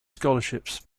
scholarships